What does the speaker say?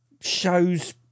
shows